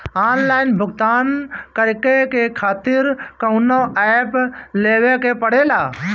Online भुगतान करके के खातिर कौनो ऐप लेवेके पड़ेला?